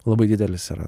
labai didelis yra